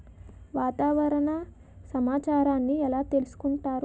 వాతావరణ సమాచారాన్ని ఎలా తెలుసుకుంటారు?